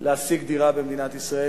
להשיג דירה במדינת ישראל,